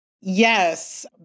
Yes